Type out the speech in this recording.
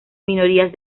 minorías